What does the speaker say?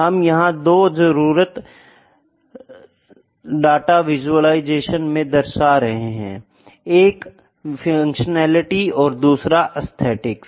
हम यहाँ दो जरूरते डाटा विसुअलिसशन में दर्शा रहे है एक फंक्शनलिटी और दूसरी एस्थेटिक्स